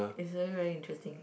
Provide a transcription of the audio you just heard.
is really really interesting